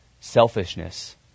selfishness